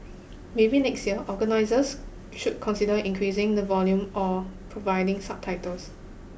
maybe next year organisers should consider increasing the volume or providing subtitles